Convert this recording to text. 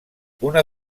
una